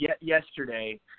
yesterday